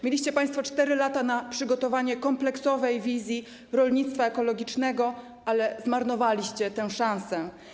Mieliście państwo 4 lata na przygotowanie kompleksowej wizji rolnictwa ekologicznego, ale zmarnowaliście tę szansę.